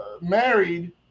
married